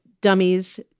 dummies